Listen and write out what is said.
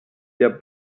der